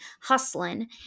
hustling